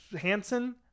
Hansen